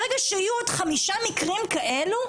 ברגע שיהיו עוד חמישה מקרים כאלו,